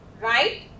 right